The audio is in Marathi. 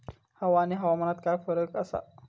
हवा आणि हवामानात काय फरक असा?